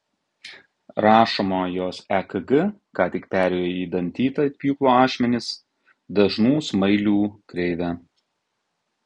rašoma jos ekg ką tik perėjo į dantytą it pjūklo ašmenys dažnų smailių kreivę